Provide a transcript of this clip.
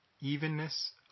evenness